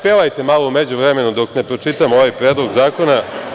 Pevajte malo u međuvremenu, dok ne pročitam ovaj predlog zakona.